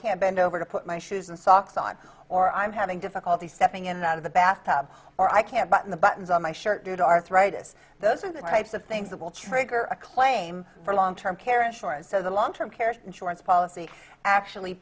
can't bend over to put my shoes and socks on or i'm having difficulty stepping in and out of the bath tub or i can't button the buttons on my shirt due to arthritis those are the types of things that will trigger a claim for long term care insurance so the long term care insurance policy actually